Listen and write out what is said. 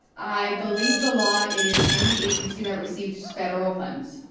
i believe the law is any agency that receives federal funds.